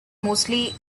mostly